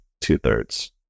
two-thirds